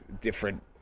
different